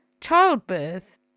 childbirth